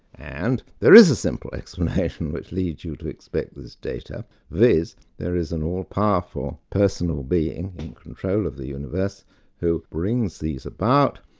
and there is simple explanation which leads you to expect this data viz, there is an all-powerful personal being in control of the universe who brings these about,